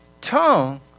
tongue